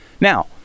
Now